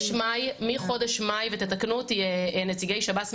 ותתקנו אותי נציגי שב"ס,